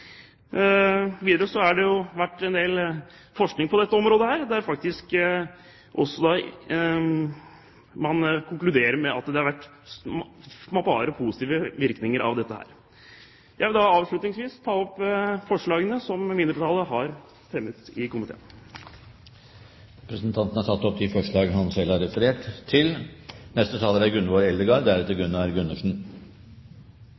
Videre har det vært en del forskning på dette området. Man har faktisk konkludert med at det bare er positive virkninger av dette her. Jeg vil avslutningsvis ta opp forslagene som mindretallet har i innstillingen. Representanten Jørund Rytman har tatt opp de forslagene han refererte til. Først vil eg seia at me meiner det er